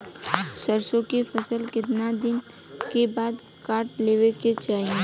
सरसो के फसल कितना दिन के बाद काट लेवे के चाही?